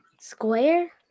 Square